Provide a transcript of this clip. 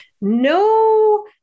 no